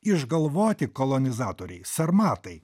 išgalvoti kolonizatoriai sarmatai